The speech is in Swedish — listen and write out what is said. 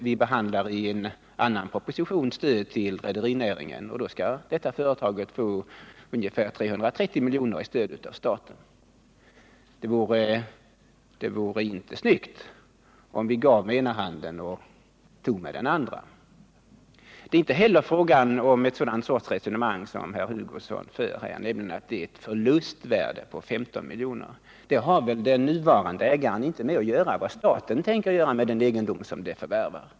Vi behandlar i en annan proposition stöd till rederinäringen. Då skall detta företag få ungefär 330 milj.kr. i stöd av staten. Det vore inte snyggt om vi gav med ena handen och tog tillbaka med den andra. Man kan inte heller föra ett sådant resonemang som Kurt Hugosson här för, nämligen att det gäller ett förlustvärde på 15 milj.kr. Vad staten tänker göra med den egendom som den förvärvar berör väl inte den nuvarande ägaren.